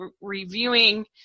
reviewing